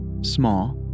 small